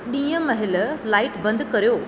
ॾींहं महिल लाइट बंदि कर्यो